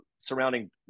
surrounding